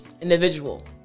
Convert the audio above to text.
individual